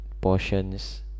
portions